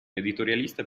editorialista